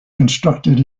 constructed